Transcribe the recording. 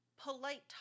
polite